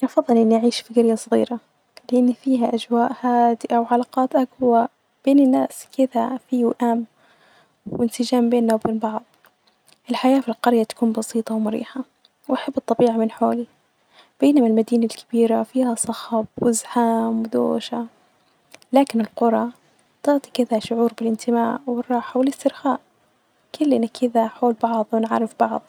أفظل إني أعيش في جرية صغيرة لأ، ن فيها أجواء هادئة وعلاقات أجوي بين الناس ،كذا في وئام وانسجام بينا وبين بعض الحياة ،في الجرية تكون بسيطة ومريحة ،واحب الطبيعة من حولي، بينما المدينة الكبيرة فيها صخب وزحام ودوشة لكن القري تعطي كذا شعور بالانتماء والراحة والاسترخاء ،كل ان كذا حول بعظهم عارف بعظ.